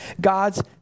God's